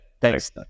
Thanks